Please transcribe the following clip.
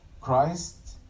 Christ